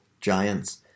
Giants